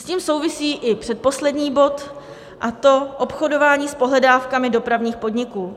S tím souvisí i předposlední bod, a to obchodování s pohledávkami dopravních podniků.